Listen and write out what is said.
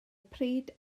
pryd